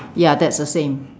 ya that's the same